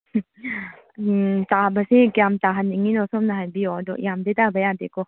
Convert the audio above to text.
ꯇꯥꯕꯁꯦ ꯀꯌꯥꯝ ꯇꯥꯍꯟꯅꯤꯡꯉꯤꯅꯣ ꯁꯣꯝꯅ ꯍꯥꯏꯕꯤꯌꯣ ꯑꯗꯣ ꯌꯥꯝꯅꯗꯤ ꯇꯥꯕ ꯌꯥꯗꯦꯀꯣ